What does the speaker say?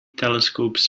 telescopes